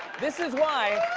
this is why